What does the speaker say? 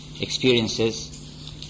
experiences